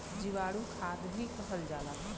जीवाणु खाद भी कहल जाला